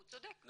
הוא צודק.